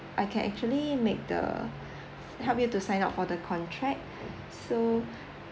I can actually make the help you to sign up for the contract so